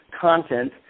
content